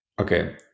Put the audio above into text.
okay